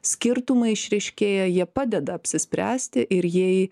skirtumai išryškėja jie padeda apsispręsti ir jei